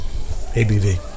ABV